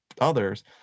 others